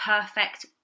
perfect